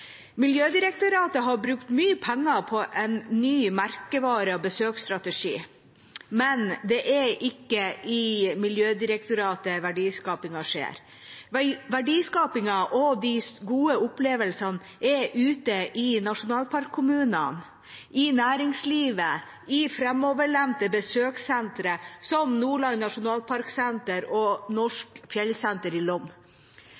Miljødirektoratet har brukt mye penger på en ny merkevare og besøksstrategi, men det er ikke i Miljødirektoratet verdiskapingen skjer. Verdiskapingen og de gode opplevelsene er ute i nasjonalparkkommunene, i næringslivet, i framoverlente besøkssentre, som Nordland nasjonalparksenter og